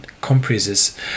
comprises